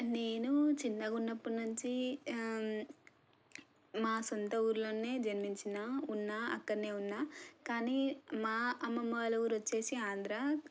నేను చిన్నగా ఉన్నప్పటి నుంచి మా సొంత ఊళ్ళోనే జన్మించినా ఉన్నా అక్కడనే ఉన్నా కానీ మా అమ్మమ్మ వాళ్ళ ఊరు వచ్చేసి ఆంధ్రా